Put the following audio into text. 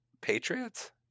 Patriots